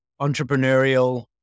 entrepreneurial